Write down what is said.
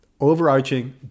overarching